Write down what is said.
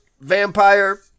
vampire